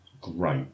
great